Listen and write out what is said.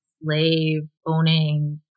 slave-owning